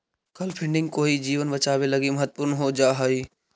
कल फंडिंग कोई के जीवन बचावे लगी महत्वपूर्ण हो जा हई